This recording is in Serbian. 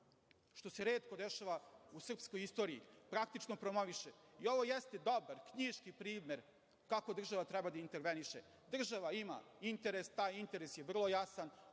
što se retko dešava u srpskoj istoriji, praktično promoviše. Ovo jeste dobar, knjiški primer kako država treba da interveniše. Država ima interes, a taj interes je vrlo jasan.